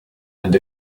and